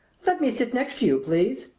let me sit next to you, please,